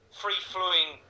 free-flowing